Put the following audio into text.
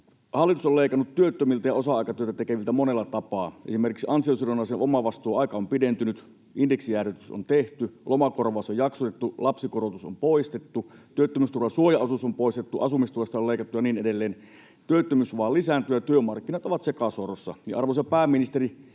hallitus on leikannut työttömiltä ja osa-aikatyötä tekeviltä monella tapaa — esimerkiksi ansiosidonnaisen omavastuuaika on pidentynyt, indeksijäädytys on tehty, lomakorvaus on jaksotettu, lapsikorotus on poistettu, työttömyysturvan suojaosuus on poistettu, asumistuesta on leikattu ja niin edelleen — työttömyys vain lisääntyy ja työmarkkinat ovat sekasorrossa. Arvoisa pääministeri,